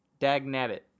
Dagnabbit